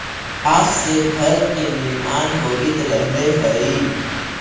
बाँस से घर के निर्माण होवित रहले हई